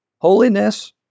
holiness